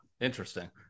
Interesting